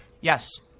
Yes